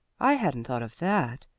i hadn't thought of that.